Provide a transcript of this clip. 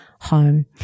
home